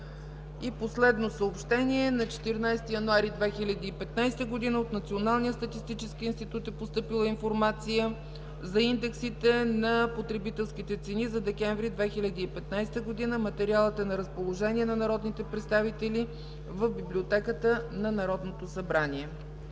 И последно съобщение: на 14 януари 2016 г. от Националния статистически институт е постъпила информация за индексите на потребителските цени за декември 2015 г. Материалът е на разположение на народните представители в Библиотеката на Народното събрание.